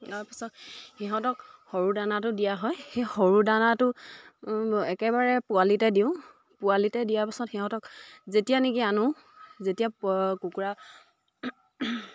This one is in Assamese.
তাৰপিছত সিহঁতক সৰু দানাটো দিয়া হয় সেই সৰু দানাটো একেবাৰে পোৱালিতে দিওঁ পোৱালিতে দিয়া পিছত সিহঁতক যেতিয়া নেকি আনো যেতিয়া প কুকুৰা